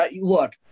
look